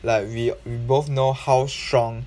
like we we both know how strong